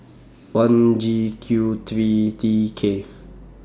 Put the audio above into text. one G Q three T K